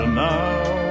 now